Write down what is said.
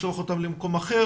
לשלוח אותם למקום אחר,